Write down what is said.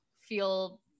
feel